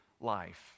life